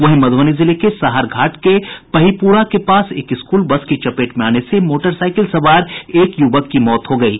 वहीं मधुबनी जिले के साहरघाट के पहिपुरा के पास एक स्कूल बस की चपेट में आने से मोटरसाईकिल सवार एक युवक की मौत हो गयी